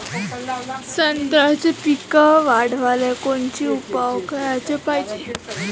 संत्र्याचं पीक वाढवाले कोनचे उपाव कराच पायजे?